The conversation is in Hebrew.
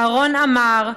אהרון עמר,